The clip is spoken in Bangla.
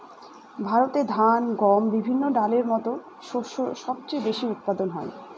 ভারতে ধান, গম, বিভিন্ন ডালের মত শস্য সবচেয়ে বেশি উৎপাদন হয়